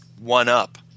one-up